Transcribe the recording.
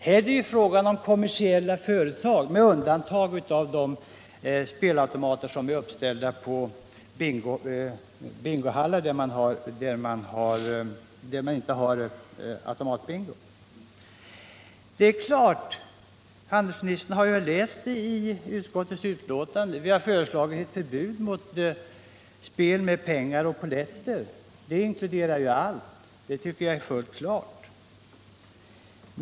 Här är det fråga om kommersiella företag — med undantag av de spelautomater som är uppställda i bingohallar där det inte finns automatbingo. Handelsministern har läst utskottsbetänkandet där vi har föreslagit ett förbud mot spel med pengar och polletter. Det inkluderar ju allt, vilket jag tycker är fullt klart.